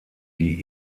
die